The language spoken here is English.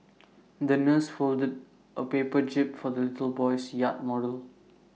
the nurse folded A paper jib for the little boy's yacht model